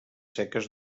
seques